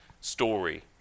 story